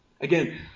Again